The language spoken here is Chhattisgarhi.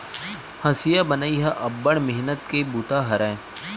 हँसिया बनई ह अब्बड़ मेहनत के बूता हरय